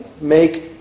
make